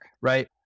right